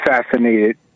assassinated